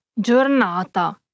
Giornata